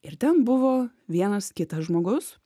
ir ten buvo vienas kitas žmogus